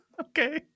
Okay